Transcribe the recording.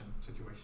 situation